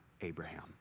Abraham